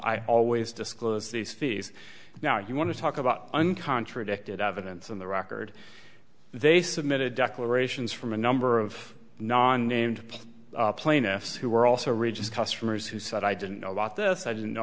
i always disclose these fees now you want to talk about un contradicted evidence in the record they submitted declarations from a number of non named plaintiffs who were also reaches customers who said i didn't know about this i didn't know